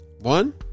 one